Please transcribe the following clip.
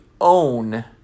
own